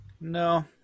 no